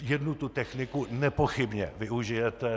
Jednu techniku nepochybně využijete.